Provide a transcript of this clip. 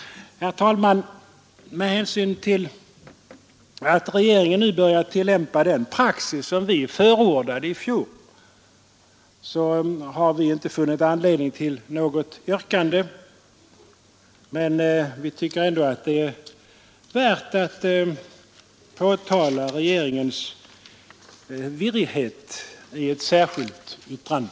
Herr talman! Med hänsyn till att regeringen nu börjat tillämpa den praxis som vi förordade i fjol har vi inte funnit anledning till något yrkande, men vi tycker ändå att det är värt att påtala regeringens virrighet i ett särskilt yttrande.